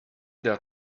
der